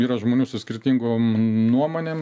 yra žmonių su skirtingom nuomonėm